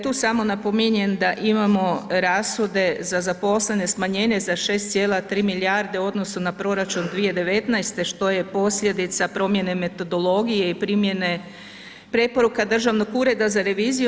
Tu samo napominjem da imamo rashode za zaposlene smanjene za 6,3 milijarde u odnosu na proračun 2019. što je posljedica promjene metodologije i primjene preporuka Državnog ureda za reviziju.